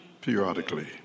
periodically